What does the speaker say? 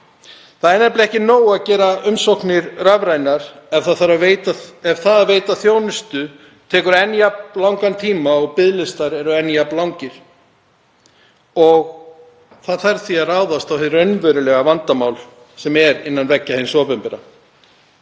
Það er nefnilega ekki nóg að gera umsóknir rafrænar ef það að veita þjónustu tekur enn jafn langan tíma og biðlistar eru enn jafnlangir. Það þarf því að ráðast á hið raunverulega vandamál sem er innan veggja hins opinbera.